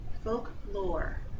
Folklore